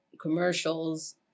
commercials